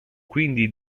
quindi